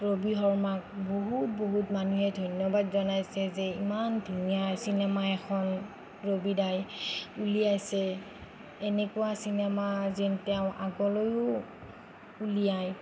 ৰবি শৰ্মাক বহুত বহুত মানুহে ধন্যবাদ জনাইছে যে ইমান ধুনীয়া চিনেমা এখন ৰবি দাই উলিয়াইছে এনেকুৱা চিনেমাৰ যেন তেওঁ আগলৈও উলিয়াই